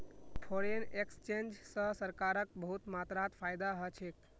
foreign exchange स सरकारक बहुत मात्रात फायदा ह छेक